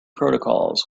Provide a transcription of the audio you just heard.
protocols